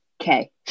Okay